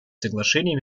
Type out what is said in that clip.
соглашения